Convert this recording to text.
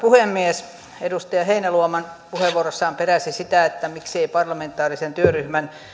puhemies edustaja heinäluoma puheenvuorossaan peräsi sitä miksei parlamentaarisen työryhmän